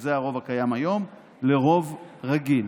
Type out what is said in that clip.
שזה הרוב הקיים כיום, לרוב רגיל,